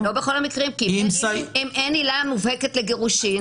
לא בכל המקרים כי אם אין עילה מובהקת לגירושין,